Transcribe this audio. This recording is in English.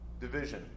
division